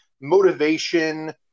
motivation